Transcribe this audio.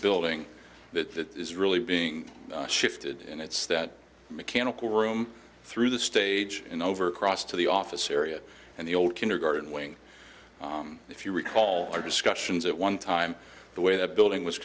building that is really being shifted and it's that mechanical room through the stage and over across to the office area and the old kindergarten wing if you recall our discussions at one time the way the building was